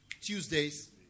Tuesdays